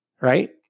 right